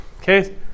okay